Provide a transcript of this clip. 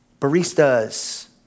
baristas